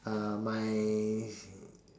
uh my